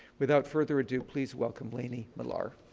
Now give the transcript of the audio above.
without further ado, please welcome lanie millar.